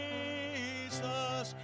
Jesus